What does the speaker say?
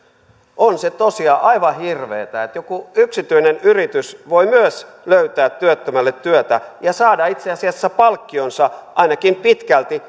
on se tosiaan aivan hirveätä että myös joku yksityinen yritys voi löytää työttömälle työtä ja saada itse asiassa palkkionsa ainakin pitkälti